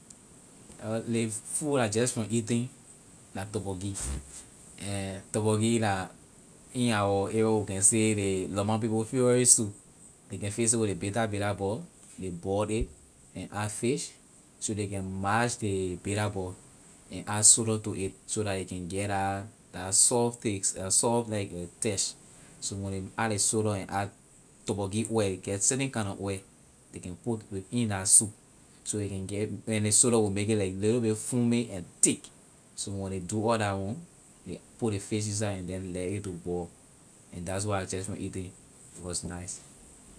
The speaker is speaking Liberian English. Ley food I just from eating la torborgee and torborgee la in our area we can say ley lorma people favorite soup they can fix it with ley bitter bitterball they boil it and add fish so they can march ley bitterball and add soda to it so that it can get la la soft taste la soft like a touch so when they add ley soda and add torborgee oil ley get certain kind na oil they can put with in that soup so a can get then ley soda will make it like little bit foamy and thick so when they do all la one ley put ley fish in side and then let it to boil and that's what I just from eating it was nice.